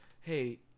Hey